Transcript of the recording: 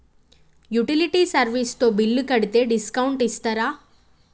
Utility service తో bill కడితే discount ఇస్తరా?